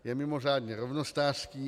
Je mimořádně rovnostářský.